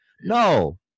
No